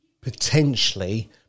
potentially